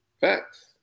Facts